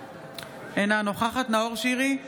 אינה נוכחת נאור שירי,